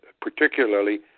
particularly